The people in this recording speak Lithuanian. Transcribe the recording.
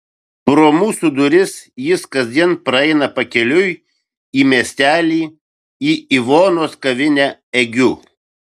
pro mūsų duris jis kasdien praeina pakeliui į miestelį į ivonos kavinę egiu